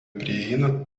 prieina